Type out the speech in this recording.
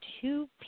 two